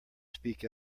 speak